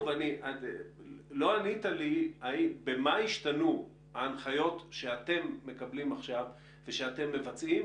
לא ענית לי במה השתנו ההנחיות שאתם מקבלים עכשיו ושאתם מבצעים